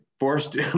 forced